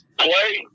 play